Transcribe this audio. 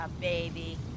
baby